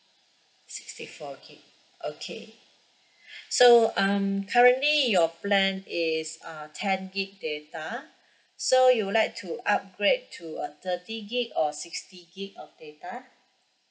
sixty four gig okay so um currently your plan is uh ten gig data so you would like to upgrade to a thirty gig or sixty gig of data